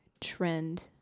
trend